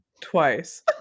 twice